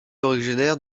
originaire